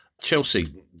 Chelsea